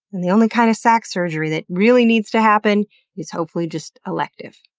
and the only kind of sac surgery that really needs to happen is, hopefully, just elective.